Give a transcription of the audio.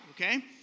okay